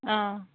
অঁ